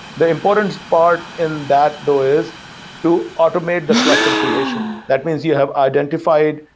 the important part in that though is to automate the cluster creation. that means you have identified,